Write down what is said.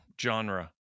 genre